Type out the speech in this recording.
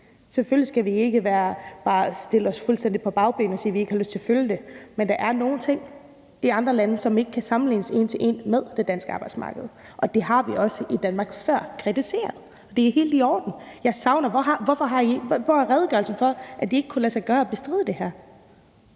Selvfølgelig skal vi ikke stille os fuldstændig på bagbenene og sige, at vi ikke har lyst til at følge det, men der er nogle ting i andre lande, som ikke kan sammenlignes en til en med det danske arbejdsmarked, og det har vi også i Danmark før kritiseret, og det er helt i orden. Hvor er redegørelsen for, at det ikke kunne lade sig gøre at bestride det her?